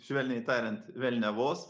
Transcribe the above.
švelniai tariant velniavos